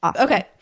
Okay